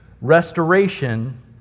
restoration